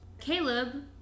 Caleb